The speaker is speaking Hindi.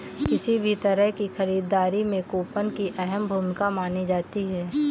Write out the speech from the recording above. किसी भी तरह की खरीददारी में कूपन की अहम भूमिका मानी जाती है